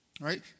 right